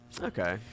Okay